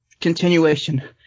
continuation